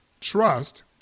trust